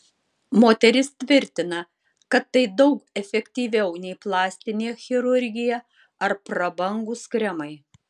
moteris tvirtina kad tai daug efektyviau nei plastinė chirurgija ar prabangūs kremai